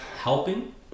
helping